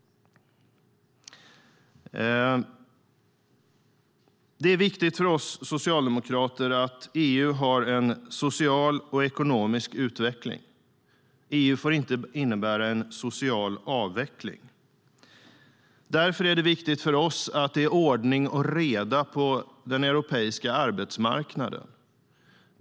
Det är viktigt för oss socialdemokrater att EU har en social och ekonomisk utveckling. Därför är det viktigt för oss att det är ordning och reda på den europeiska arbetsmarknaden.